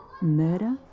murder